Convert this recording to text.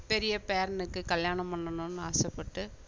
பெரிய பேரனுக்கு கல்யாணம் பண்ணணுன்னு ஆசைப்பட்டு